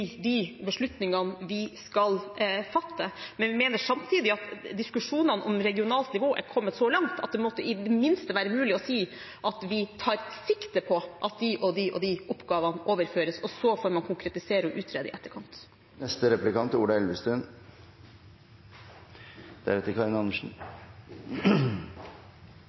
de beslutningene vi skal fatte, men vi mener samtidig at diskusjonene om regionalt nivå er kommet så langt at det måtte i det minste være mulig å si at vi tar sikte på at de og de oppgavene overføres, og så får man konkretisere og utrede i etterkant.